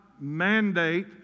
mandate